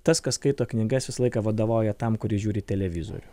tas kas skaito knygas visą laiką vadovauja tam kuris žiūri televizorių